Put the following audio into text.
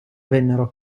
vennero